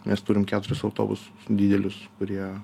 mes turim keturis autobus didelius kurie